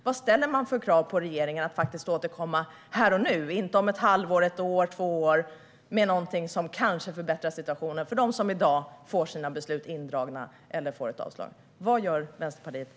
Vad ställer man för krav på regeringen att faktiskt återkomma här och nu, inte om ett halvår eller om ett eller två år, med något som kanske förbättrar situationen för dem som i dag får sina beslut indragna eller får ett avslag? Vad gör Vänsterpartiet nu?